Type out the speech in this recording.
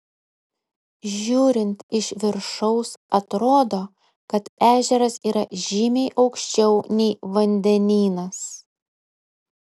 žiūrint iš viršaus atrodo kad ežeras yra žymiai aukščiau nei vandenynas